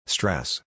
Stress